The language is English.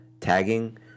tagging